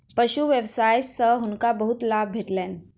पशु व्यवसाय सॅ हुनका बहुत लाभ भेटलैन